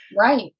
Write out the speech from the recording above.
Right